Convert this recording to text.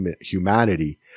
humanity